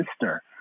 sister